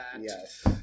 Yes